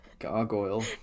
Gargoyle